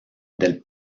del